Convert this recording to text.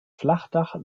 flachdach